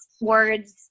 words